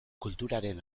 kulturaren